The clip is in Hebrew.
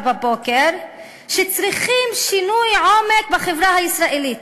בבוקר שצריכים שינוי עומק בחברה הישראלית.